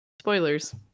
Spoilers